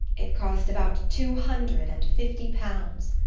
it cost about two hundred and fifty pounds.